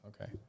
Okay